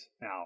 now